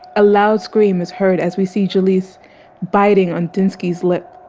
a loud scream is heard as we see jaleese biting on dinsky's lip.